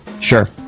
Sure